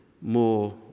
more